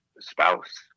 spouse